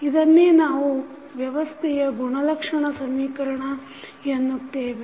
ಇದನ್ನೆ ನಾವು ವ್ಯವಸ್ಥೆಯ ಗುಣಲಕ್ಷಣ ಸಮೀಕರಣ ಎನ್ನುತ್ತೇವೆ